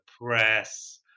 press